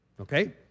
Okay